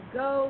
go